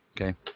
Okay